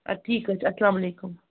اَدٕ ٹھیٖک حظ چھُ السلامُ علیکُم